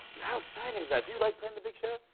how exciting is that? do you like playing the big shows?